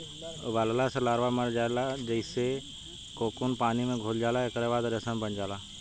उबालला से लार्वा मर जाला जेइसे कोकून पानी में घुल जाला एकरा बाद रेशम बन जाला